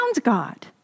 God